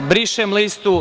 Brišem listu.